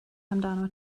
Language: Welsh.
amdanat